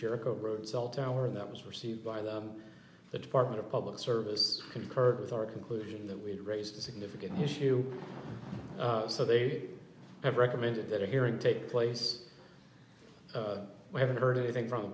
jericho road cell tower that was received by them the department of public service concurred with our conclusion that we'd raised a significant issue so they have recommended that a hearing take place we haven't heard anything from